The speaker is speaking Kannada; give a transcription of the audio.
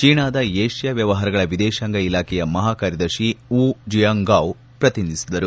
ಚೀಣಾದ ಏಷ್ಯಾ ವ್ಚವಹಾರಗಳ ವಿದೇಶಾಂಗ ಇಲಾಖೆಯ ಮಹಾಕಾರ್ಯದರ್ಶಿ ವೂ ಜಿಯಾಂಗೌ ಪ್ರತಿನಿಧಿಸಿದರು